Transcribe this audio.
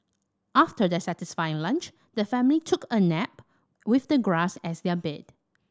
after their satisfying lunch the family took a nap with the grass as their bed